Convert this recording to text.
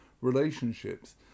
relationships